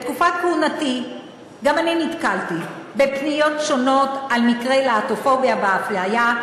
בתקופת כהונתי גם אני נתקלתי בפניות שונות על מקרי להט"בופוביה ואפליה.